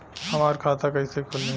हमार खाता कईसे खुली?